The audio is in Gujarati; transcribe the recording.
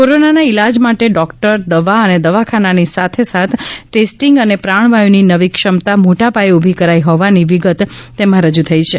કોરોનાના ઈલાજ માટે ડોક્ટર દવા અને દવાખાનાની સાથોસાથ ટેસ્ટિંગ અને પ્રાણવાયુની નવી ક્ષમતા મોટા પાયે ઊભી કરાઈ હોવાની વિગત તેમાં રજૂ થઈ છે